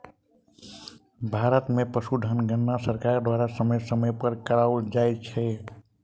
भारत मे पशुधन गणना सरकार द्वारा समय समय पर कराओल जाइत छै